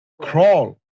crawl